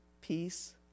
peace